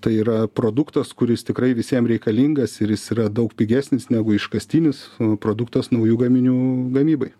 tai yra produktas kuris tikrai visiem reikalingas ir jis yra daug pigesnis negu iškastinis produktas naujų gaminių gamybai